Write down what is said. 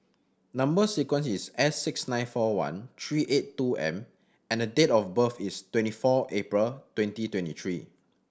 number sequence is S six nine four one three eight two M and date of birth is twenty four April twenty twenty three